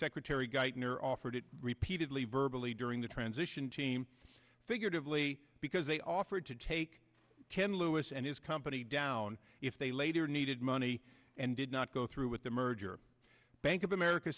secretary geithner offered it repeatedly verbal e during the transition team figured of lee because they offered to take ken lewis and his company down if they later needed money and did not go through with the merger bank of america